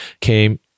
came